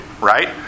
right